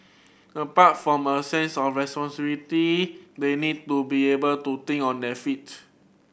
apart from a sense of responsibility they need to be able to think on their feet